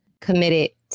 committed